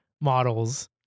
models